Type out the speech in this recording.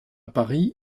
paris